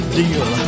deal